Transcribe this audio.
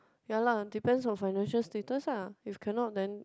ya lah depends on financial status ah if cannot then